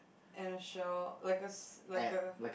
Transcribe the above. and a shell like a like a